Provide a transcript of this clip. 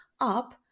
up